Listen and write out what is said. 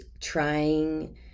trying